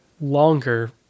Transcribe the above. longer